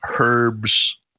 herbs